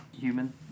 human